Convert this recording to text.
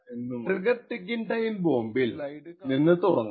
നമുക്കപ്പോൾ trigger ticking time ബോംബിൽ നിന്ന് തുടങ്ങാം